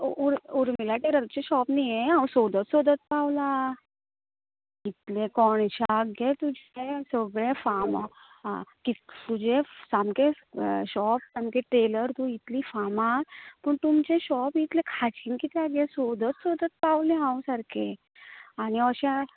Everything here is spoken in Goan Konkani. उर्मिला टेलराचे सॉप न्बी हें हांव सोदत सोदत पावला कितलें कोणश्यांक गे तूजें सॉप हें सामकें सॉप सामकें टेलर तूं फामाद पूण तुमचें सॉप इतलें खाशींक कित्यांक गें सोदत सोदत पावलें हांव सारखें आनी अशें हा